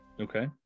Okay